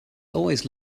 always